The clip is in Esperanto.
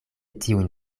tiujn